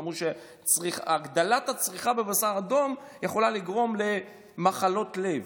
אמרו שהגדלת הצריכה בבשר אדום יכולה לגרום למחלות לב.